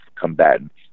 combatants